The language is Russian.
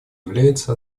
является